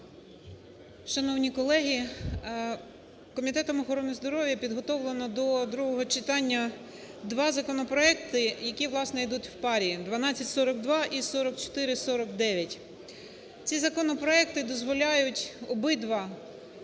Шановні колеги, Комітетом охорони здоров'я підготовлено до другого читання два законопроекти, які власне йдуть в парі: 1242 і 4449. Ці законопроекти дозволяють обидва